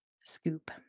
scoop